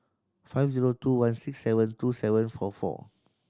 five zero two one six seven two seven four four